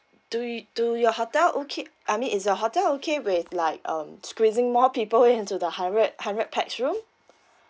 do you do your hotel okay I mean is the hotel okay with like um squeezing more people into the hundred hundred pax room